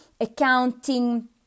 accounting